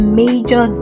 major